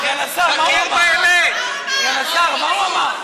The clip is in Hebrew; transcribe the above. סגן השר, מה הוא אמר?